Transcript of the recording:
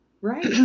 right